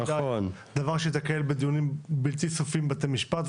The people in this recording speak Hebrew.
דבר שייתקל בדיונים בלתי סופיים בבתי המשפט.